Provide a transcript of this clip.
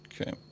Okay